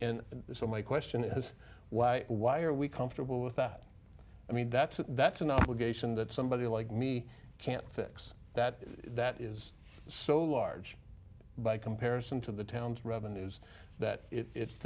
the so my question is why why are we comfortable with that i mean that's a that's an obligation that somebody like me can't fix that that is so large by comparison to the town's revenues that it